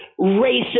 racist